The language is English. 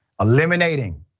eliminating